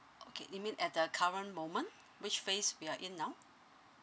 okay you mean at the current moment which phase we are in now